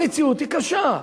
המציאות היא קשה,